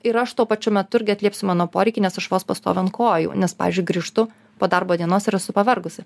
ir aš tuo pačiu metu irgi atliepsiu mano poreikį nes aš vos pastoviu ant kojų nes pavyzdžiui grįžtu po darbo dienos ir esu pavargusi